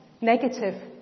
Negative